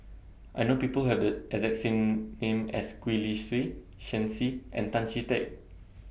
I know People Have The exact same name as Gwee Li Sui Shen Xi and Tan Chee Teck